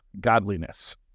godliness